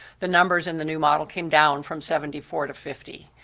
the numbers in the new model came down from seventy four to fifty.